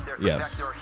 Yes